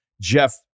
Jeff